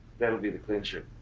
that would be the clincher.